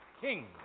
King